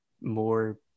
more